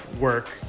work